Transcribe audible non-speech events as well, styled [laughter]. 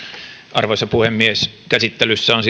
arvoisa puhemies käsittelyssä on [unintelligible]